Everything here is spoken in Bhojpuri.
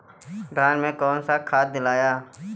धान मे कौन सा खाद दियाला?